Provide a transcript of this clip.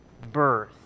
birth